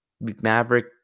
Maverick